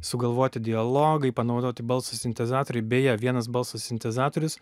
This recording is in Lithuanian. sugalvoti dialogai panaudoti balso sintezatoriai beje vienas balso sintezatorius